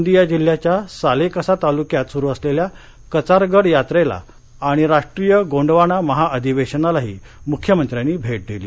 गोंदिया जिल्याच्या सालेकसा तालुक्यात सुरु असलेल्या कचारगड यात्रेला आणि राष्ट्रीय गोंडवाना महाअधिवेशनालाही मुख्यमंत्र्यांनी भेट दिली